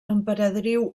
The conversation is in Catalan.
emperadriu